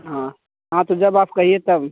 हाँ हाँ तो जब आप कहिए तब